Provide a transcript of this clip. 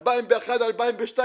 ב-2001 2002,